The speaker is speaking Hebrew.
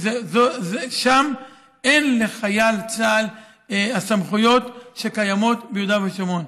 כי שם אין לחיילי צה"ל הסמכויות שקיימות ביהודה ושומרון.